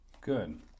Good